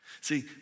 See